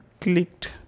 clicked